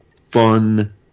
fun